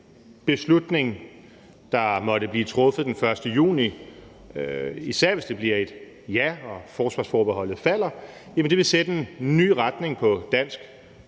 beslutning, der måtte blive truffet den 1. juni, især hvis det bliver et ja og forsvarsforbeholdet falder, vil sætte en ny retning for dansk